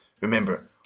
Remember